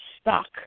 stuck